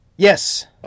Yes